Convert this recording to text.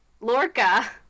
Lorca